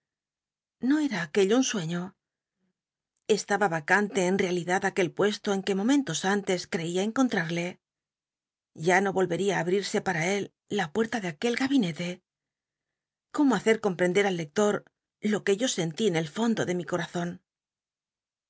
no era aquello un sueño esta ba vacante en rea lidad aquel puesto en que momentos antes cteia encon hnl'le ya no olreia ü abrit'se para él la puerta de aquel gabinete cómo hacer comprender alleclot lo que yo sentí en el fondo de mi cotazon